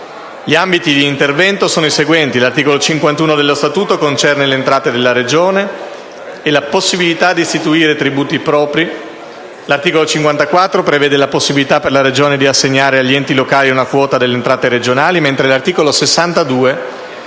Gli ambiti d'intervento sono i seguenti: l'articolo 51 dello Statuto concerne le entrate della Regione e la possibilità di istituire tributi propri, l'articolo 54 prevede la possibilità per la Regione di assegnare agli enti locali una quota delle entrate regionali, mentre l'articolo 62 riguarda